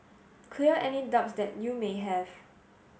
clear any doubts that you may have